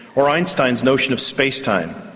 or einstein's notion of space-time,